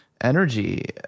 energy